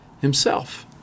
himself